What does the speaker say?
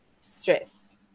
Stress